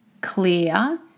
clear